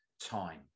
time